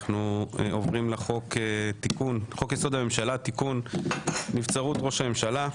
אנחנו עוברים לחוק יסוד: הממשלה (תיקון נבצרות ראש הממשלה).